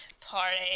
party